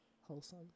wholesome